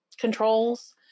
controls